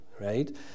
right